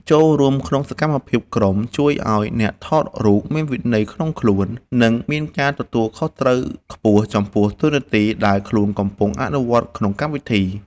ចូលរួមក្នុងសកម្មភាពក្រុមជួយឱ្យអ្នកថតរូបមានវិន័យក្នុងខ្លួន និង មានការទទួលខុសត្រូវខ្ពស់ចំពោះតួនាទីដែលខ្លួនកំពុងអនុវត្តក្នុងកម្មវិធី។